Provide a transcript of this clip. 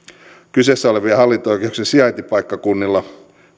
kyseessä olevien hallinto oikeuksien sijaintipaikkakunnilla